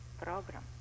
program